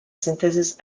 synthesis